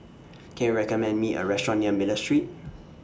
Can YOU recommend Me A Restaurant near Miller Street